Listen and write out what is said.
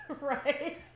Right